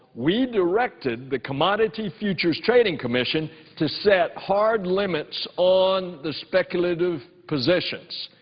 we directed the commodity futures trading commission to set hard limits on the speculative positions.